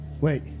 wait